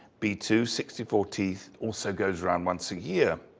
b two sixty four teeth also goes around once a year.